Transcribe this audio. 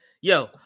yo